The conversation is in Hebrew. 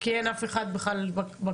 כי אין אף אחד בכלל בקנה,